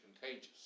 contagious